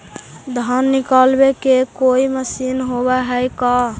धान निकालबे के कोई मशीन होब है का?